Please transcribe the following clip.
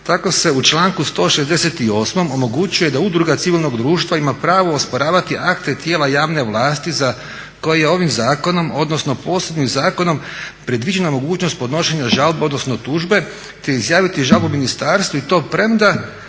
Tako se u članku 168. omogućuje da udruga civilnog društva ima pravo osporavati akte tijela javne vlasti za koje je ovim zakonom odnosno posebnim zakonom predviđena mogućnost podnošenja žalbe odnosno tužbe te izjaviti žalbu ministarstvu i to premda